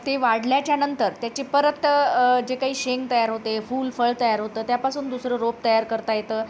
ते वाढल्याच्या नंतर त्याचे परत जे काही शेंग तयार होते फूल फळ तयार होतं त्यापासून दुसरं रोप तयार करता येतं